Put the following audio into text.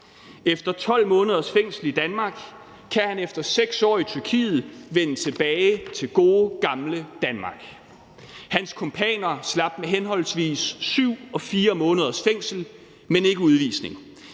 efter 12 måneders fængsel i Danmark kan han efter 6 år i Tyrkiet vende tilbage til gode gamle Danmark. Hans kumpaner slap med henholdsvis 7 og 4 måneders fængsel, men ikke udvisning.